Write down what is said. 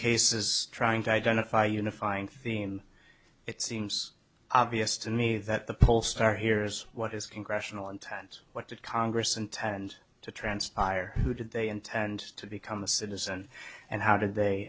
cases trying to identify unifying theme it seems obvious to me that the pollstar here's what is congressional intent what did congress intend to transpire who did they intend to become a citizen and how did they